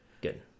Good